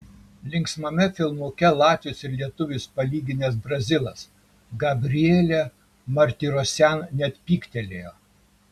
linksmame filmuke latvius ir lietuvius palyginęs brazilas gabrielė martirosian net pyktelėjo